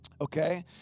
Okay